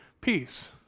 peace